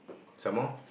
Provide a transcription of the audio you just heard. some more